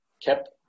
kept